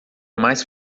mais